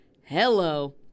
hello